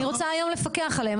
אני רוצה היום לפקח עליהן.